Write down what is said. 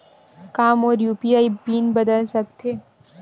का मोर UPI pin बदल सकथे?